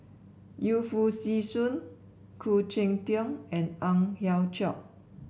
Yu Foo Yee Shoon Khoo Cheng Tiong and Ang Hiong Chiok